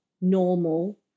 normal